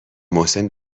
محسن